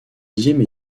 dixième